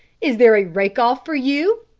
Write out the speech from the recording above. is there a rake-off for you?